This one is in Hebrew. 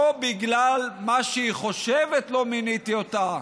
לא בגלל מה שהיא חושבת לא מיניתי אותה,